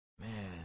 man